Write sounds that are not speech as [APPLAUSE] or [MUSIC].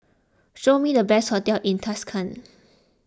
show me the best hotels in Tashkent [NOISE]